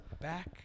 back